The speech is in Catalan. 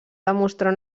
demostrar